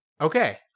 okay